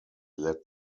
led